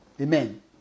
Amen